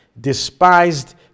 despised